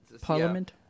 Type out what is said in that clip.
Parliament